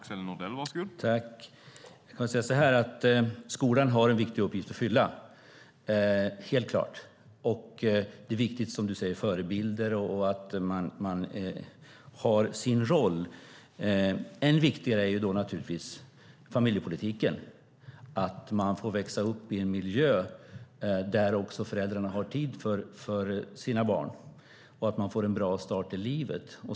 Herr talman! Skolan har helt klart en viktig uppgift att fylla. Som Mehmet Kaplan säger är det viktigt med förebilder och att man har sin roll. Än viktigare är naturligtvis familjepolitiken, att man får växa upp i en miljö där föräldrarna har tid för sina barn och att man får en bra start i livet.